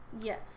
Yes